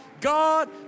God